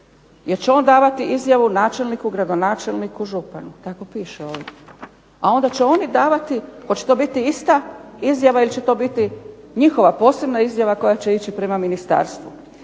jer će on davati izjavu načelniku, gradonačelniku, županu, tako piše ovdje. A onda će oni davati, hoće to biti ista izjava ili će to biti njihova posebna izjava koja će ići prema ministarstvu.